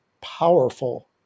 powerful